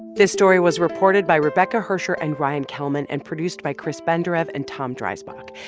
this story was reported by rebecca hersher and ryan kellman and produced by chris benderev and tom dreisbach.